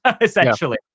essentially